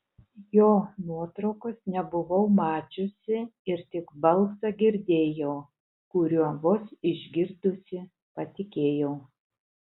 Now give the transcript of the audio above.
jo nuotraukos nebuvau mačiusi ir tik balsą girdėjau kuriuo vos išgirdusi patikėjau